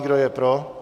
Kdo je pro?